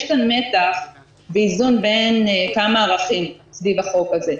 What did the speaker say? יש כאן מתח ואיזון כמה ערכים סביב החוק הזה.